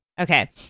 Okay